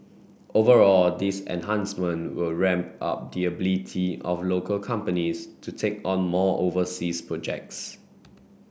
overall these enhancement will ramp up the ability of local companies to take on more overseas projects